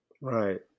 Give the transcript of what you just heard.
Right